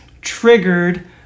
triggered